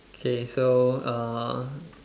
okay so uh